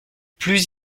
plus